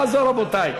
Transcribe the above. זה לא יעזור, רבותי.